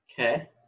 Okay